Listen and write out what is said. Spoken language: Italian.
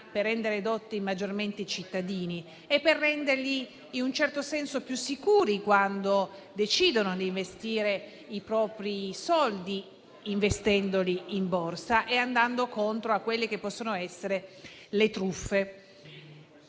per rendere edotti maggiormente i cittadini e per renderli in un certo senso più sicuri quando decidono di investire i propri soldi in Borsa, contrastando quelle che possono essere le truffe.